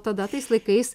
tada tais laikais